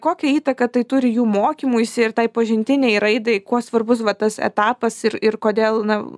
kokią įtaką tai turi jų mokymuisi ir tai pažintinei raidai kuo svarbus va tas etapas ir ir kodėl na